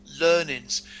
learnings